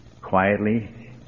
Quietly